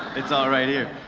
it's all right here.